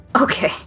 Okay